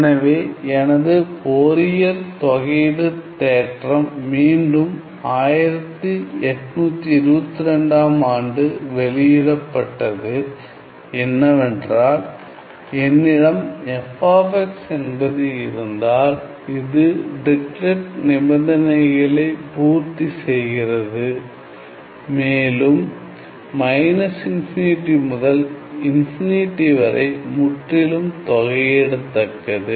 எனவே எனது ஃபோரியர் தொகை தேற்றம் மீண்டும் 1822 ஆம் ஆண்டு வெளியிடப்பட்டது என்னவென்றால் என்னிடம் f என்பது இருந்தால் இது டிரிக்லெட் நிபந்தனைகளை பூர்த்தி செய்கிறது மேலும் மைனஸ் இன்ஃபினிட்டி முதல் இன்ஃபினிட்டி வரை முற்றிலும் தொகையிடத்தக்கது